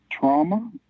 trauma